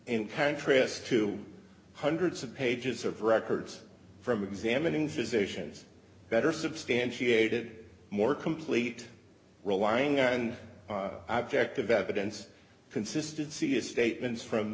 pancreas to hundreds of pages of records from examining physicians better substantiated more complete relying on object of evidence consistency is statements from